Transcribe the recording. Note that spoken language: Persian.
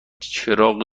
چراغ